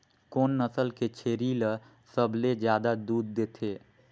कोन नस्ल के छेरी ल सबले ज्यादा दूध देथे?